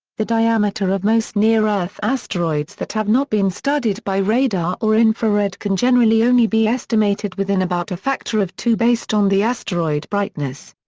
the diameter of most near-earth asteroids that have not been studied by radar or infrared can generally only be estimated within about a factor of two based on the asteroid brightness.